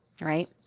right